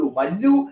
malu